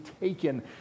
taken